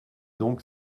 donc